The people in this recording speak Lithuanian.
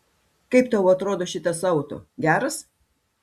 kaip tau atrodo šitas auto geras